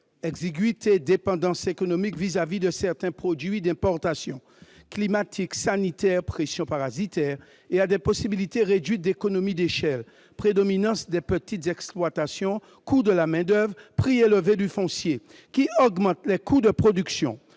ou à la dépendance économique vis-à-vis de certains produits d'importation -, climatiques, sanitaires, par exemple, la pression parasitaire, et à des possibilités réduites d'économies d'échelle, du fait de la prédominance des petites exploitations, du coût de la main-d'oeuvre et du prix élevé du foncier qui augmentent les coûts de production.